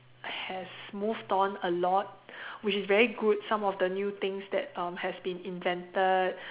has moved on a lot which is very good some of the new things that um has been invented